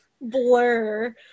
blur